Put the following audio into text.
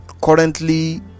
currently